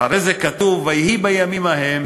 אחרי זה כתוב: "ויהי בימים ההם